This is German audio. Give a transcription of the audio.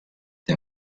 der